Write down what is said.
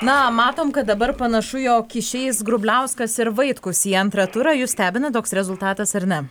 na matom kad dabar panašu jog išeis grubliauskas ir vaitkus į antrą turą jus stebina toks rezultatas ar ne